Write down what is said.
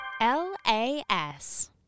L-A-S